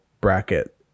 bracket